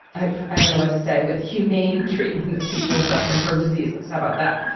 i don't know what to say with humane treatment of people suffering from diseases. how about that?